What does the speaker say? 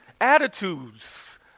attitudes